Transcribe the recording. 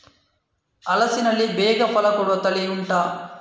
ಹಲಸಿನಲ್ಲಿ ಬೇಗ ಫಲ ಕೊಡುವ ತಳಿ ಉಂಟಾ